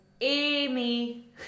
Amy